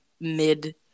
mid